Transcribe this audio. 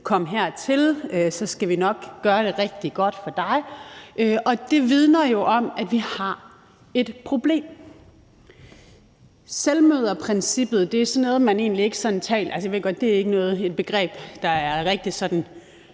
Kom hertil, så skal vi nok gøre det rigtig godt for dig. Det vidner jo om, at vi har et problem. Selvmøderprincippet er sådan noget, man egentlig ikke taler om. Jeg ved godt, at det ikke er et begreb, der er rigtig sådan